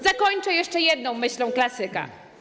Zakończę jeszcze jedną myślą klasyka.